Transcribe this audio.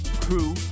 crew